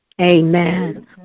Amen